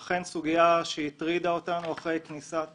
שזו אכן סוגיה שהטרידה אותנו אחרי כניסת